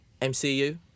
MCU